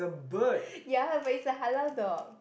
ya but it's a halal dog